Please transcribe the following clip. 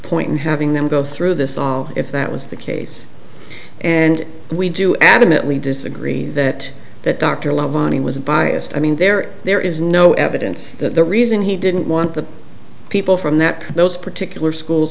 point in having them go through this all if that was the case and we do adamantly disagree that that dr leavening was biased i mean there is there is no evidence that the reason he didn't want the people from that those particular schools